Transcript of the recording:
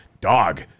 dog